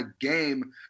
game